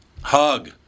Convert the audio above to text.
hug